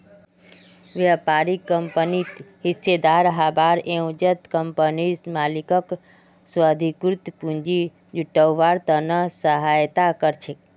व्यापारी कंपनित हिस्सेदार हबार एवजत कंपनीर मालिकक स्वाधिकृत पूंजी जुटव्वार त न सहायता कर छेक